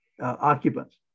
occupants